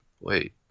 Wait